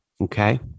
Okay